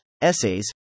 essays